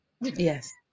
Yes